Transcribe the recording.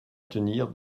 tenir